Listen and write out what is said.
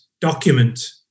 document